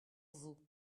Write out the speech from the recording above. vous